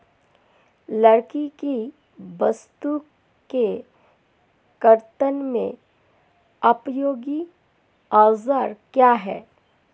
लकड़ी की वस्तु के कर्तन में उपयोगी औजार क्या हैं?